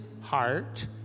heart